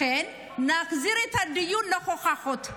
לכן נחזיר את הדיון להוכחות.